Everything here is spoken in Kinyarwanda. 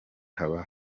haba